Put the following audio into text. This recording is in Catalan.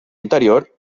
anterior